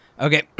Okay